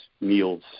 meals